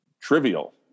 trivial